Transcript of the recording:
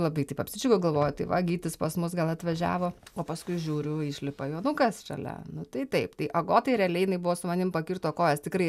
labai taip apsidžiaugiau galvoju tai va gytis pas mus gal atvažiavo o paskui žiūriu išlipa jonukas šalia nu tai taip tai agotai realiai jinai buvo su manim pakirto kojas tikrai